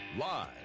Live